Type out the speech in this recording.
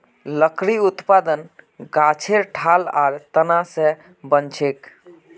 लकड़ी उत्पादन गाछेर ठाल आर तना स बनछेक